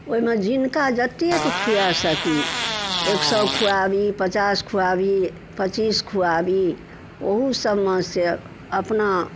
ओहिमे जिनका जतेक खुए सकी एक सओ खुआबी पचास खुआबी पचीस खुआबी ओहूसबमे से अपना